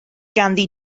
ganddi